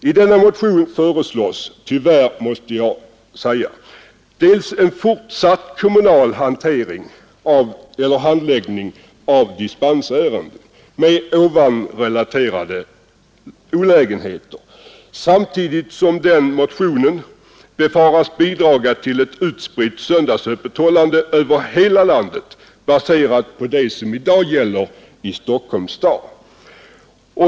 I denna motion föreslås — tyvärr, måste jag säga — en fortsatt kommunal handläggning av dispensärenden, med här förut relaterade olägenheter. Samtidigt kan motionen befaras bidra till ett utspritt söndagsöppethållande över hela landet, baserat på det som i dag gäller i Stockholms stad.